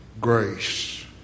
grace